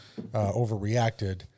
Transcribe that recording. overreacted